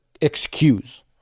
excuse